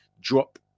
drop